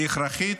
היא הכרחית?